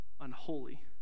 unholy